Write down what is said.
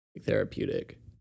therapeutic